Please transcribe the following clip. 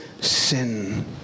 sin